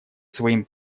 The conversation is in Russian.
своим